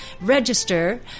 register